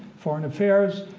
foreign affairs,